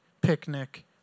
picnic